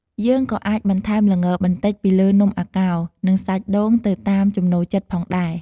យើងក៏៏អាចបន្ថែមល្ងបន្តិចពីលើនំអាកោរ និងសាច់ដូងទៅតាមចំណូលចិត្តផងដែរ។